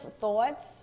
thoughts